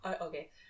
Okay